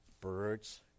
Birds